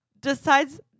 decides